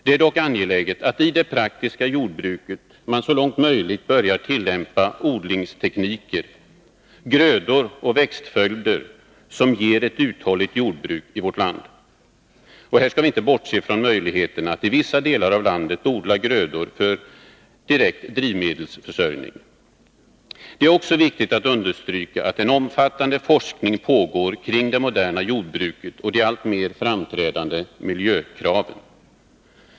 Det är dock angeläget att man i det praktiska jordbruket så långt möjligt börjar tillämpa odlingsteknik, grödor och växtföljder som ger ett uthålligt jordbruk i vårt land. Här skall vi inte bortse från möjligheterna att i vissa delar av landet odla grödor för direkt drivmedelsförsörjning. Det är också viktigt att understryka att en omfattande forskning pågår kring det moderna jordbruket och de alltmer framträdande miljökraven.